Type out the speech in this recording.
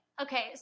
okay